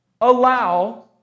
allow